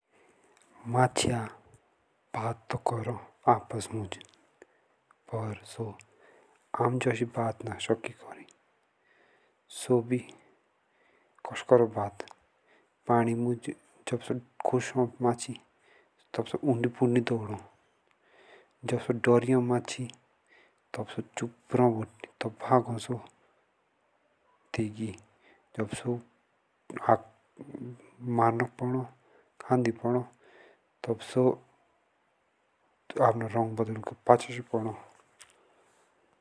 मचिया बात तो करो आपस मुझ परसो आम जोशी बता ना सकी करी सो बे कोसो करो बात पानी मुजे जब सो कुश हो तब सो उडी पुंडी तोड़ो जस डरेओ होय़। मची तबसो चुप रो बागो सो तेगी मारनोक पोडो खाड़ी पोडो पचासी